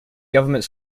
government